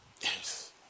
Yes